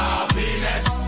Happiness